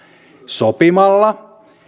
sopimalla